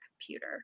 computer